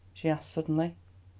she asked suddenly.